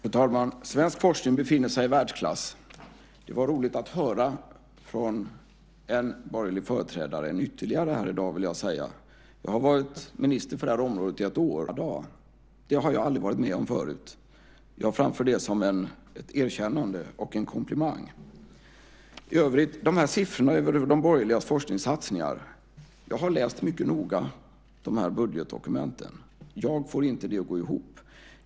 Fru talman! Svensk forskning befinner sig i världsklass. Det var roligt att höra från en borgerlig företrädare, ytterligare en här i dag, vill jag säga. Jag har varit minister för det här området i ett år, och två sådana erkännanden på en och samma dag har jag aldrig varit med om förut. Jag tar det som ett erkännande och en komplimang. I övrigt vill jag säga om de här siffrorna över de borgerligas forskningssatsningar att jag mycket noga har läst budgetdokumenten. Jag får inte det här att gå ihop.